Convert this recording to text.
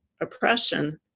oppression